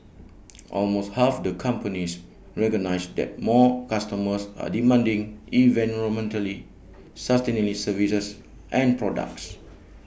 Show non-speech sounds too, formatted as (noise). almost half the companies recognise that more customers are demanding environmentally (unintelligible) services and products